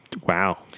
Wow